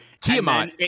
Tiamat